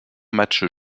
matches